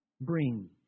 bring